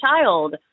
child